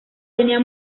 tenía